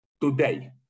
today